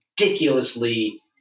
ridiculously